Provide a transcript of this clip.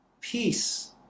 Peace